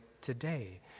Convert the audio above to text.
today